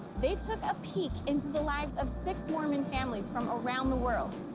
they took a peek into the lives of six mormon families from around the world.